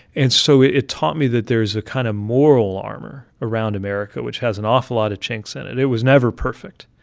and so it taught me that there is a kind of moral armor around america, which has an awful lot of chinks in it. it was never perfect.